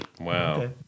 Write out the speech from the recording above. Wow